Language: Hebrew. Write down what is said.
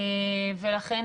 ולכן,